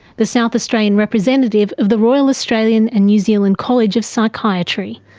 the south australian representative of the royal australian and new zealand college of psychiatry.